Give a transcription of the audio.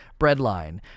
Breadline